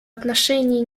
отношении